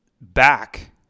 back